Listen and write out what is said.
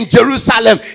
Jerusalem